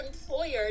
employer